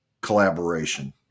collaboration